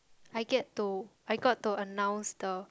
I get to I got to announce the